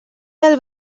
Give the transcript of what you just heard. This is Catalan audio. del